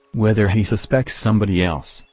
whether he suspects somebody else,